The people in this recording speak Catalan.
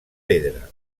pedra